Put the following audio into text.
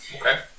Okay